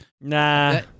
Nah